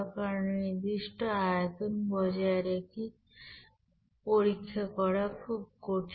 কারণ নির্দিষ্ট আয়তন বজায় রেখে পরীক্ষা করা খুব কঠিন